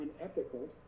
unethical